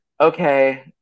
okay